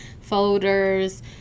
folders